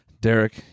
Derek